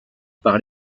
par